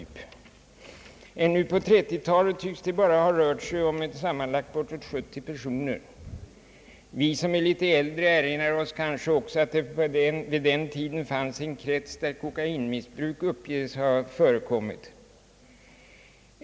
Ännu på 1930-talet tycks det ha rört sig om sammanlagt bortåt ett 70-tal personer. Vi som är litet äldre erinrar oss kanske också att det vid den tiden fanns en krets där kokainmissbruk uppges ha förekommit.